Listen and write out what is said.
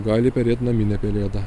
gali perėt naminė pelėda